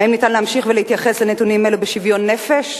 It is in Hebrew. האם ניתן להמשיך ולהתייחס לנתונים אלה בשוויון נפש?